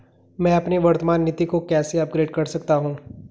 मैं अपनी वर्तमान नीति को कैसे अपग्रेड कर सकता हूँ?